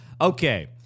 Okay